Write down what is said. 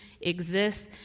exists